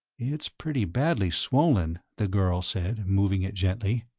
it's pretty badly swollen, the girl said, moving it gently.